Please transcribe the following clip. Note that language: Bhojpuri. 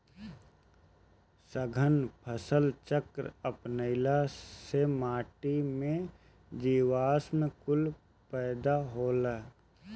सघन फसल चक्र अपनईला से माटी में जीवांश कुल पैदा होला